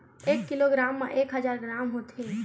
एक किलोग्राम मा एक हजार ग्राम होथे